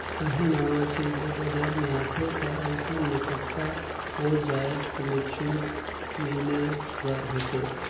काहीं नावा चीज जब बजार में आथे ता अइसन में पक्का ओ जाएत में छूट मिले बर होथे